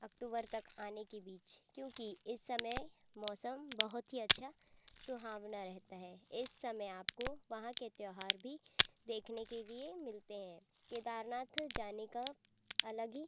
अक्टूबर तक आने के बीच क्योंकि इस समय मौसम बहुत ही अच्छा सुहावना रहता है इस समय आपको वहाँ के त्योहार भी देखने के लिए मिलते हैं केदारनाथ जाने का अलग ही